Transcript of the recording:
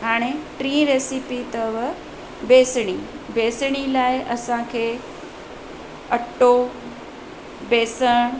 हाणे टी रेसिपी अथव बेसणी बेसणी लाइ असांखे अटो बेसण